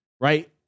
right